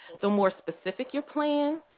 so more specific your plan,